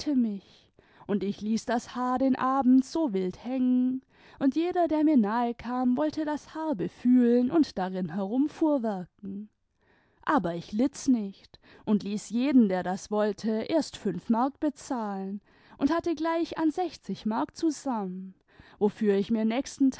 mich und ich ließ das haar den abend so wild hängen und jeder der mir nahekam wollte das haar befühlen und darin herumfuhrwerken aber ich litt's nicht und ließ jeden der das wollte erst fünf mark bezahlen und hatte gleich an sechzig mark zusammen wofür ich mir nächsten